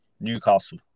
Newcastle